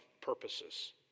purposes